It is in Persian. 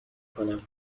کنم